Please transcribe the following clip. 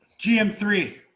GM3